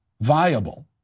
viable